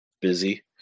busy